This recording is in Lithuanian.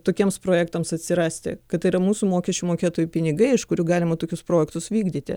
tokiems projektams atsirasti kad tai yra mūsų mokesčių mokėtojų pinigai iš kurių galima tokius projektus vykdyti